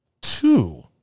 two